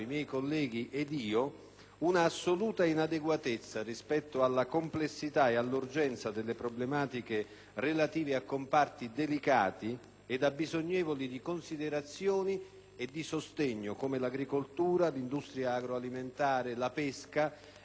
un'assoluta inadeguatezza rispetto alla complessità e all'urgenza delle problematiche relative a comparti delicati ed abbisognevoli di considerazione e di sostegno, come l'agricoltura, l'industria agroalimentare, la pesca e i settori connessi.